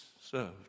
served